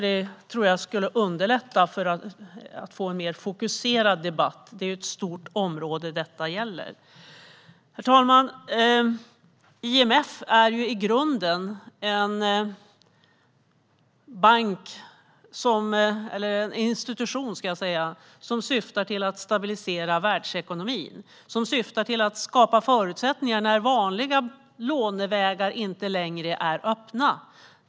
Det skulle underlätta för att få en mer fokuserad debatt. Det är ju ett stort område som detta gäller. Herr talman! IMF är ju i grunden en institution som syftar till att stabilisera världsekonomin och som syftar till att skapa förutsättningar när vanliga lånevägar inte längre är öppna.